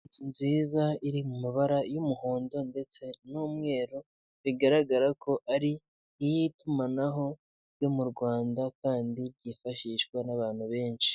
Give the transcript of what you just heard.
Inzu nziza iri mu mabara y'umuhondo ndetse n'umweru, bigaragara ko ari iy'itumanaho ryo mu Rwanda kandi ryifashishwa n'abantu benshi.